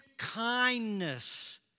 kindness